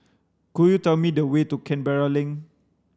could you tell me the way to Canberra Link